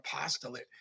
apostolate